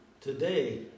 today